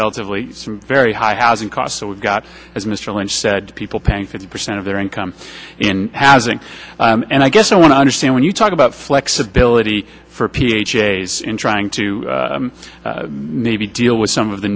relatively very high housing costs so we've got as mr lynch said people paying fifty percent of their income in housing and i guess i want to understand when you talk about flexibility for ph a's in trying to maybe deal with some of the